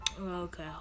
Okay